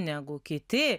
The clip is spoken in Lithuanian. negu kiti